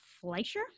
Fleischer